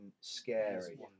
scary